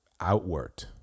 outward